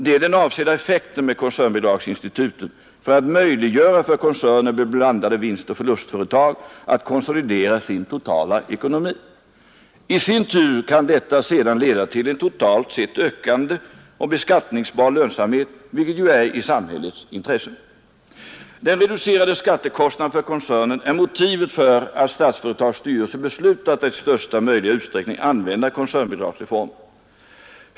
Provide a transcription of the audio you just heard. Det är den avsedda effekten med koncernbidragsinstitutet för att möjliggöra för koncerner med blandade vinstoch förlustföretag att konsolidera sin totala ekonomi. I sin tur kan detta sedan leda till en totalt sett ökande och beskattningsbar lönsamhet, vilket ju är i samhällets intresse. Den reducerade skattekostnaden för koncernen är motivet för att Statsföretags styrelse beslutat att i största möjliga utsträckning använda koncernbidragsformen.